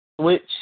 Switch